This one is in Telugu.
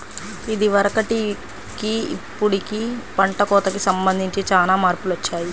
ఇదివరకటికి ఇప్పుడుకి పంట కోతకి సంబంధించి చానా మార్పులొచ్చాయ్